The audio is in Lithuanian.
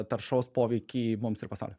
taršos poveikį mums ir pasauliui